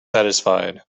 satisfied